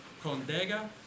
Condega